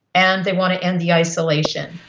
and they want to end the isolation.